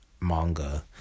Manga